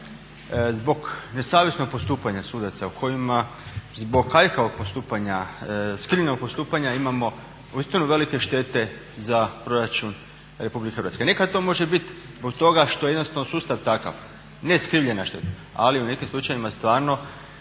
zbog nesavjesnog postupanja sudaca, u kojima zbog aljkavog postupanja imamo uistinu velike štete za Proračun RH? Nekad to može biti zbog toga što je jednostavno sustav takav ali u nekim slučajevima stalno